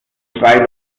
drei